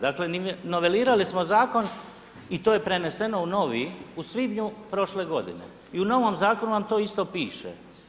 Dakle novelirali smo zakon i to je preneseno u novi u svibnju prošle godine i u novom zakonu vam to isto piše.